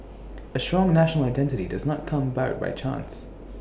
A strong national identity does not come about by chance